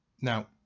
Now